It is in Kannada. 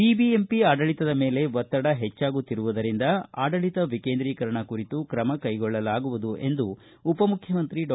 ಬಿಬಿಎಂಪಿ ಆಡಳಿತದ ಮೇಲೆ ಒತ್ತಡ ಹೆಚ್ಚಾಗುತ್ತಿರುವುದರಿಂದ ಆಡಳಿತ ವಿಕೇಂದ್ರಿಕರಣ ಕುರಿತು ಕ್ರಮ ಕೈಗೊಳ್ಳಲಾಗುವುದು ಎಂದು ಉಪ ಮುಖ್ಯಮಂತ್ರಿ ಡಾ